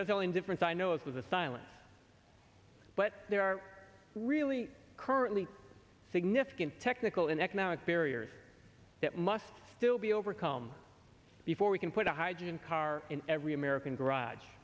is only indifference i know it was a silent but there are really currently significant technical and economic barriers that must still be overcome before we can put a hydrogen car in every american garage